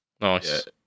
Nice